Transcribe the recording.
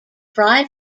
fry